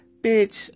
Bitch